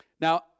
Now